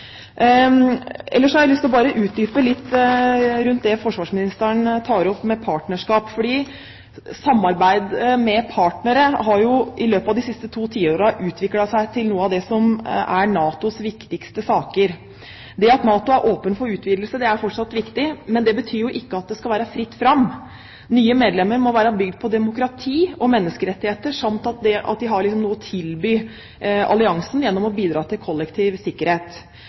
har jeg lyst til bare å utdype litt det forsvarsministeren tar opp om partnerskap, for samarbeidet med partnere har jo i løpet av de siste to tiårene utviklet seg til noe av det som er NATOs viktigste saker. Det at NATO er åpen for utvidelse, er fortsatt viktig, men det betyr ikke at det skal være fritt fram. Nye medlemskap må være bygd på demokrati og menneskerettigheter samt at medlemmene har noe å tilby alliansen gjennom å bidra til kollektiv sikkerhet.